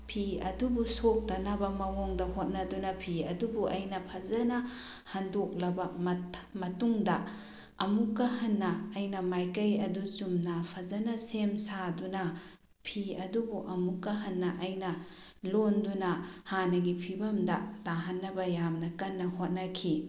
ꯐꯤ ꯑꯗꯨꯕꯨ ꯁꯣꯛꯇꯅꯕ ꯃꯑꯣꯡꯗ ꯍꯣꯠꯅꯗꯨꯅ ꯐꯤ ꯑꯗꯨꯕꯨ ꯑꯩꯅ ꯐꯖꯅ ꯍꯟꯗꯣꯛꯂꯕ ꯃꯇꯨꯡꯗ ꯑꯃꯨꯛꯀ ꯍꯟꯅ ꯑꯩꯅ ꯃꯥꯏꯀꯩ ꯑꯗꯨ ꯆꯨꯝꯅ ꯐꯖꯅ ꯁꯦꯝ ꯁꯥꯗꯨꯅ ꯐꯤ ꯑꯗꯨꯕꯨ ꯑꯃꯨꯛꯀ ꯍꯟꯅ ꯑꯩꯅ ꯂꯣꯟꯗꯨꯅ ꯍꯥꯟꯅꯒꯤ ꯐꯤꯕꯝꯗ ꯇꯥꯍꯟꯅꯕ ꯌꯥꯝꯅ ꯀꯟꯅ ꯍꯣꯠꯅꯈꯤ